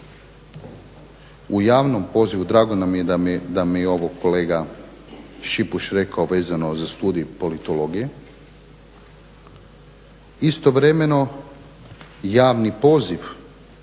u javnom pozivu, drago nam je da mi je ovo kolega Šipuš rekao vezano za studij politologije. Istovremeno javni poziv